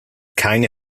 keine